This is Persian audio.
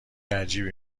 عجیبی